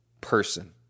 person